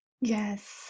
Yes